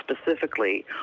specifically